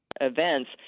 events